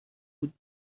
بود